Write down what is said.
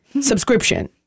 subscription